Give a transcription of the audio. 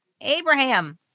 Abraham